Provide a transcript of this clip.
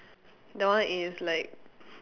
that one is like